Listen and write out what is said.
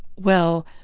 well,